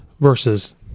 versus